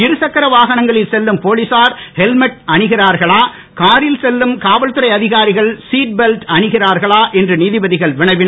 இரு சக்கர வாகனங்களில் செல்லும் போலீசார் ஹெல்மட் அணிகிறார்களா காரில் செல்லும் காவல்துறை அதிகாரிகள் சீட் பெல்ட் அணிகிறார்களா என்று நீதிபதிகள் வினவினர்